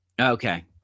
Okay